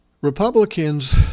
Republicans